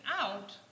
out